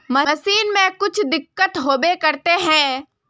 Machine में कुछ दिक्कत होबे करते है?